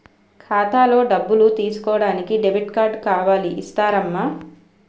ఖాతాలో డబ్బులు తీసుకోడానికి డెబిట్ కార్డు కావాలి ఇస్తారమ్మా